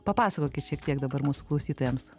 papasakokit šiek tiek dabar mūsų klausytojams